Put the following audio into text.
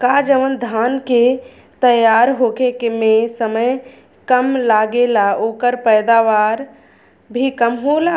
का जवन धान के तैयार होखे में समय कम लागेला ओकर पैदवार भी कम होला?